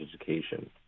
education